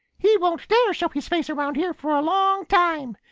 he won't dare show his face around here for a long time.